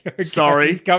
Sorry